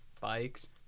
bikes